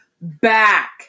back